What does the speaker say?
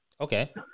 Okay